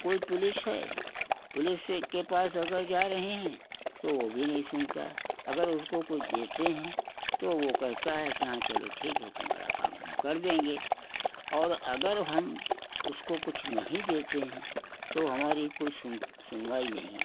कोई पुलिस है पुलिस से के पास अगर जा रहे हैं तो वो भी नहीं सुनता अगर उसको कुछ देते हैं तो वो कहता है कि हाँ चलो ठीक है तुम्हारा काम हम कर देंगे और अगर हम उसको कुछ नहीं देते हैं तो हमारी कोई सुन सुनवाई नहीं है